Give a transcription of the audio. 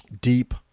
deep